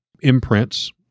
imprints